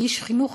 כאיש חינוך,